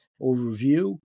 overview